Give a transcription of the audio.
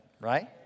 right